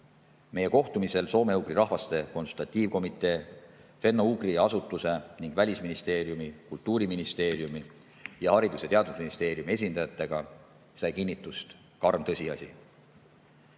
Meie kohtumisel Soome-Ugri Rahvaste Konsultatiivkomitee, Fenno-Ugria Asutuse, Välisministeeriumi, Kultuuriministeeriumi ning Haridus- ja Teadusministeeriumi esindajatega sai kinnitust karm tõsiasi: